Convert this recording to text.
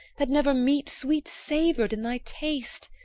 that never meat sweet-savour'd in thy taste,